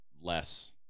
less